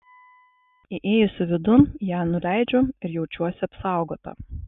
įėjusi vidun ją nuleidžiu ir jaučiuosi apsaugota